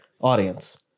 audience